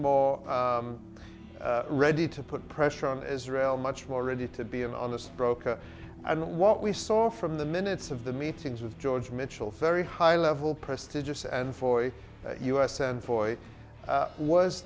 more ready to put pressure on israel much more ready to be an honest broker and what we saw from the minutes of the meetings with george mitchell faery high level prestigious and for us and for it